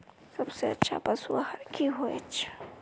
सबसे अच्छा पशु आहार की होचए?